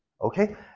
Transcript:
Okay